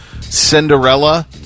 Cinderella